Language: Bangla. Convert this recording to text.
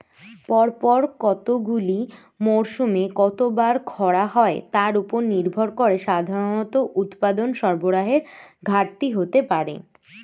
পরপর কতগুলি মরসুমে কতবার খরা হয় তার উপর নির্ভর করে সাধারণত উৎপাদন সরবরাহের ঘাটতি হতে পারে